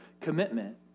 Commitment